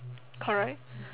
correct